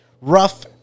rough